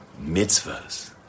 Mitzvahs